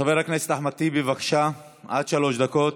חבר הכנסת אחמד טיבי, בבקשה, עד שלוש דקות.